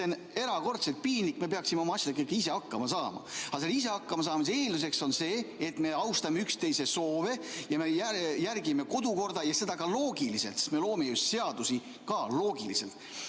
See on erakordselt piinlik, me peaksime oma asjadega ise hakkama saama. Aga selle ise hakkama saamise eelduseks on see, et me austame üksteise soove ja me järgime kodukorda – ja seda ka loogiliselt, sest me loome ju seadusi ka loogiliselt.